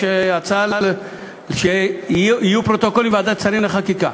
יש הצעה שיהיו פרוטוקולים בוועדת שרים לחקיקה.